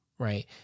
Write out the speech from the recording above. Right